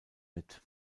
mit